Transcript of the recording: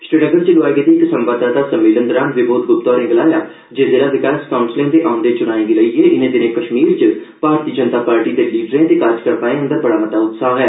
श्रीनगर च लोआए गेदे इक संवाददाता सम्मेलन दौरान विबोध ग्प्ता होरें गलाया जे जिला विकास काउंसलें दे औंदे च्नाएं गी लेइयै इनें दिनें कश्मीर च भारती जनता पार्टी दे लीडरें ते कार्यकर्ताएं अंदर बड़ा मता उत्साह ऐ